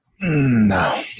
No